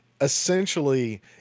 essentially